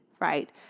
right